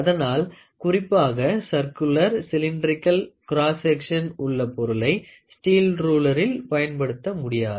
அதனால் குறிப்பாக circular cylindrical cross section உள்ள பொருளை ஸ்டீல் ருளேரில் பயன்படுத்த முடியாது